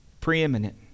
preeminent